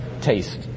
taste